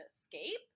escape